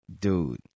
dude